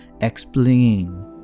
explain